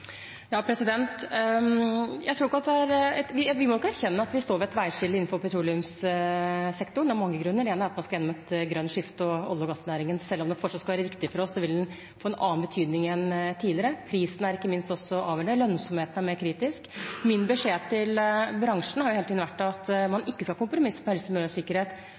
Vi må nok erkjenne at vi står ved et veiskille innenfor petroleumssektoren. Det er av mange grunner. Det ene er at man skal gjennom et grønt skifte, og olje- og gassnæringen – selv om den fortsatt skal være viktig for oss – vil få en annen betydning enn tidligere. Prisen er ikke minst avgjørende. Lønnsomheten er mer kritisk. Min beskjed til bransjen har hele tiden vært at man ikke skal kompromisse på helse, miljø og sikkerhet,